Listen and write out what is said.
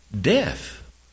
death